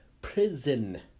prison